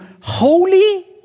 holy